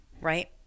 right